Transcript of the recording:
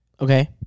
Okay